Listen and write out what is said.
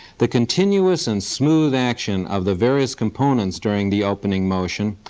the continuous and smooth action of the various components during the opening motion,